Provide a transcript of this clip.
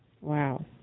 Wow